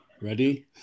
Ready